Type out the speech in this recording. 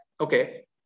okay